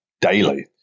daily